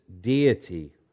deity